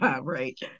Right